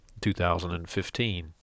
2015